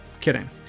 Kidding